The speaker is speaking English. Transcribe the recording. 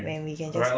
when we can just